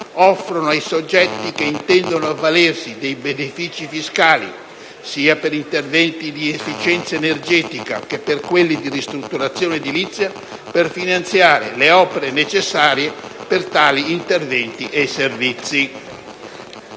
offrono ai soggetti che intendono avvalersi dei benefici fiscali, sia per interventi di efficienza energetica, che per quelli di ristrutturazione edilizia, per finanziare le opere necessarie per tali interventi e servizi.